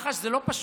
מח"ש זה לא פשוט.